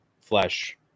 flesh